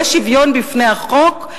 זה שוויון בפני החוק?